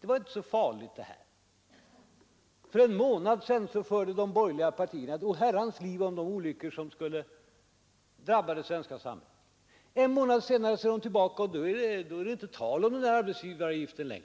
Den är inte så farlig — för en månad sedan förde de borgerliga partierna ett oherrans liv om de olyckor som skulle drabba det svenska samhället, men en månad senare är de tillbaka, och då är det inte tal om arbetsgivaravgiften längre,